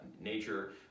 nature